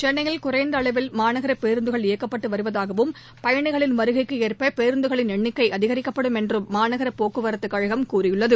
சென்னையில் குறைந்த அளவில் மாநகர பேருந்துகள் இயக்கப்பட்டு வருவதாகவும் பயணிகளின் வருகைக்கு ஏற்ப பேருந்துகளின் எண்ணிக்கை அதிகரிக்கப்படும் என்றும் என்றும் மாநகர போக்குவரத்துக் கழகம் தெரிவித்துள்ளது